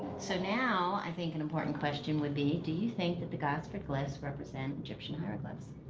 so now, i think an important question would be do you think the the gosford glyphs represent egyptian hieroglyphs?